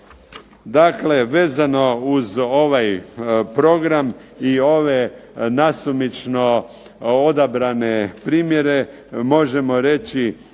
Dakle, vezano uz ovaj program i ove nasumično odabrane primjere, možemo reći